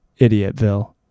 Idiotville